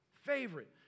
favorite